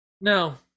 No